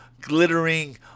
glittering